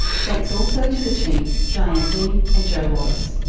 thanks also to the team, diane dean and joe wallace.